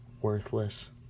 worthless